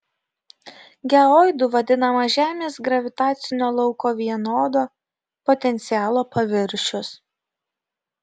geoidu vadinamas žemės gravitacinio lauko vienodo potencialo paviršius